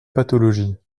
pathologies